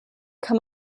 kann